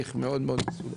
בהליך מאוד מאוד מסודר,